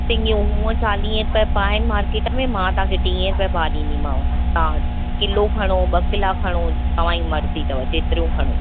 सिङियूं हूअं चालीहें रुपये पाव इन मार्केट में मां तव्हां खे टीहें रुपये पाव ॾींदीमांव तव्हां किलो खणो ॿ किला खणो तव्हांजी मर्ज़ी अथव जेतिरियूं खणो